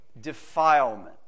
defilement